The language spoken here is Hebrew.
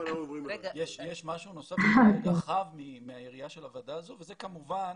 יש משהו נוסף רחב מהיריעה של הוועדה הזו וזה כמובן